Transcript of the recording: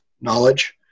knowledge